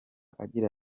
agira